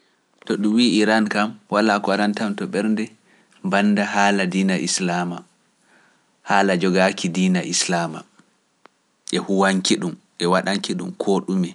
To ɗum wii Iran kam, walaa ko arantam to ɓernde, bannda haala diina Islaama, haala jogaaki diina Islaama, e huwañki ɗum, e waɗanki ɗum koo ɗume.